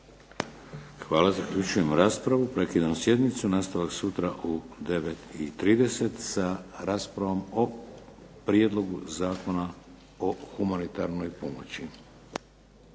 Hvala. Zaključujem raspravu, prekidam sjednicu, nastavak sutra u 9,30 sa raspravom o prijedlogu Zakona o humanitarnoj pomoći.